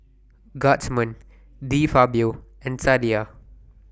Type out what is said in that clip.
Guardsman De Fabio and Sadia